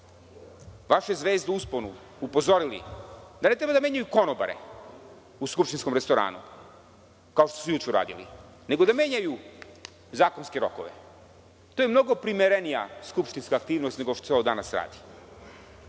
vaše zvezde u usponu upozorili da ne trebaju da menjaju konobare u skupštinskom restoranu, kao što su juče uradili, nego da menjaju zakonske rokove? To je mnogo primerenija skupštinska aktivnost nego što se ovo danas radi.